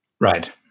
Right